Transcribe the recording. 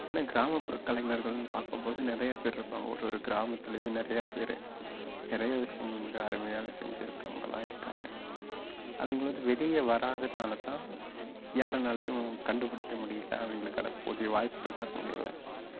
ஏன்னா கிராமப்புற கலைஞர்கள்ன்னு பார்க்கும்போது நிறையா பேர் இருப்பாங்க ஒரு ஒரு கிராமத்துலையே நிறையா பேர் நிறையா விஷயங்கள் மிக அருமையாக செஞ்சிருக்கவங்கலாம் இருக்காங்க அவங்களாவுது வெளிய வராதனால தான் யாருன்னாலையும் கண்டுபிடிக்க முடியல அவங்களுக்கான போதிய வாய்ப்புகள் தர முடியலை